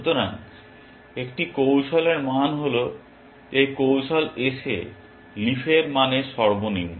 সুতরাং একটি কৌশলের মান হল এই কৌশল S এ লিফের মানের সর্বনিম্ন